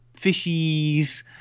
fishies